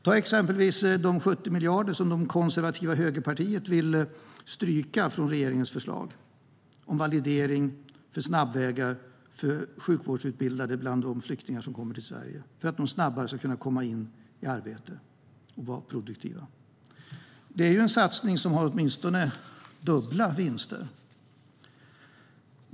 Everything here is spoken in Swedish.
Som exempel kan nämnas de 70 miljarder som det konservativa högerpartiet vill stryka från regeringens förslag om validering för snabbvägar för sjukvårdsutbildade bland de flyktingar som kommer till Sverige för att de snabbare ska komma in i arbete och vara produktiva. Det är en satsning som har åtminstone dubbla vinster.